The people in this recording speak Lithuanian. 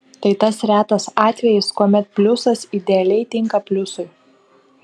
tai tas retas atvejis kuomet pliusas idealiai tinka pliusui